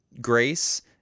Grace